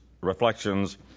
reflections